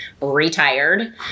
retired